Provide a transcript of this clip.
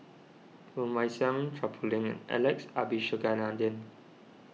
Woon Wah Siang Chua Poh Leng Alex Abisheganaden